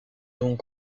donc